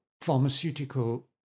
pharmaceutical